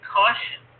caution